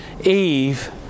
Eve